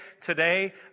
today